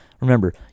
remember